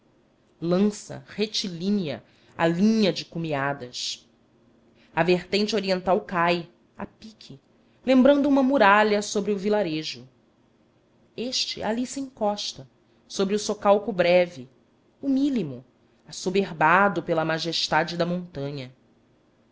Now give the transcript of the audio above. lança retilínea a linha de cumeadas a vertente oriental cai a pique lembrando uma muralha sobre o vilarejo este ali se encosta sobre socalco breve humílimo assoberbado pela majestade da montanha